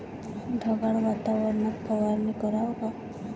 ढगाळ वातावरनात फवारनी कराव का?